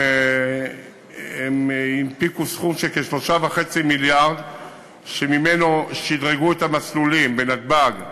הם הפיקו סכום של כ-3.5 מיליארד שממנו שדרגו את המסלולים בנתב"ג,